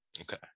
okay